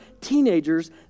teenagers